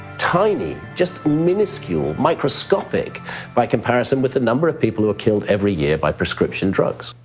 tiny, just miniscule, microscopic by comparison with the number of people who are killed every year by prescription drugs.